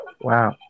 Wow